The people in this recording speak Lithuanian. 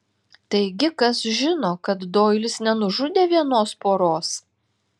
taigi kas žino kad doilis nenužudė vienos poros